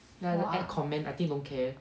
!wah!